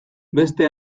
beste